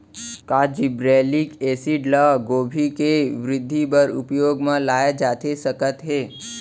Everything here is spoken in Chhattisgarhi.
का जिब्रेल्लिक एसिड ल गोभी के वृद्धि बर उपयोग म लाये जाथे सकत हे?